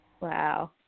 Wow